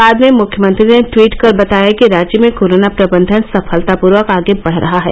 बाद में मुख्यमंत्री ने ट्वीट कर बताया कि राज्य में कोरोना प्रबंधन सफलतापूर्वक आगे बढ रहा है